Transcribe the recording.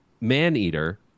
Maneater